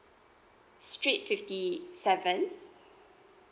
street fifty seven